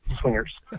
swingers